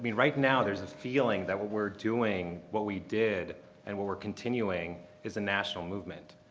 i mean right now there's a feeling that what we're doing, what we did and what we're continuing is a national movement.